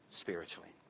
spiritually